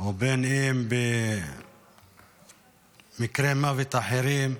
ובין אם במקרי מוות אחרים.